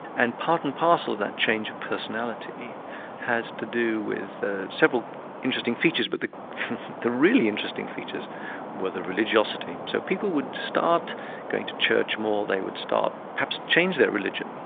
and part and parcel of that change of personality has to do with several interesting features but the the really interesting features were the religiosity. so people would start going to church more, they would start perhaps change their religion,